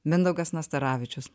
mindaugas nastaravičius